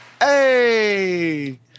Hey